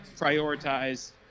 prioritize